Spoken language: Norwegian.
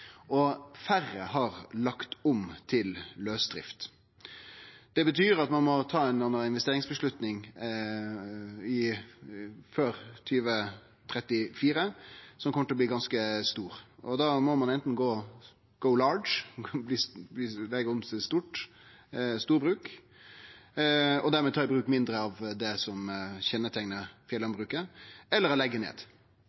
ein må ta ei eller anna investeringsavgjerd før 2034 som kjem til å bli ganske stor. Da må ein anten «go large», leggje om til storbruk og dermed ta i bruk mindre av det som